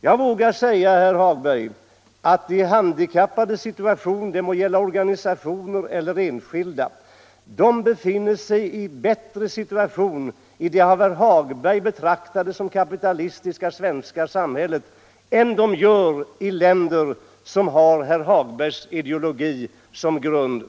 Jag vill gärna säga att de handikappade, det må gälla organisationer eller enskilda, befinner sig i en bättre situation i det av herr Hagberg betraktade kapitalistiska svenska samhället än de gör i länder som har herr Hagbergs ideologi som grund.